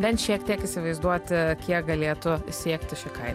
bent šiek tiek įsivaizduot kiek galėtų siekti ši kaina